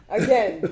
again